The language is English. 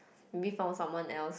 maybe found someone else